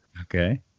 Okay